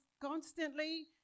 constantly